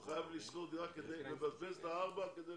הוא חייב לשכור דירה כדי לבזבז את ה-4,000,